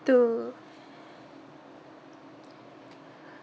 two